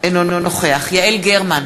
אינו נוכח יעל גרמן,